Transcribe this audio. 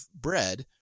bread